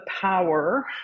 power